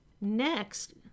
Next